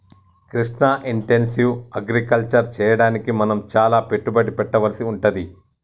Krishna intensive agriculture చెయ్యడానికి మనం చాల పెట్టుబడి పెట్టవలసి వుంటది